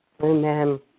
Amen